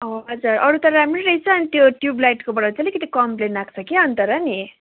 हजुर अरू त राम्रै रहेछ अनि त्यो ट्युब लाइटकोबाट चाहिँ नि अलिकति कम्प्लेन आएको छ अन्त र नि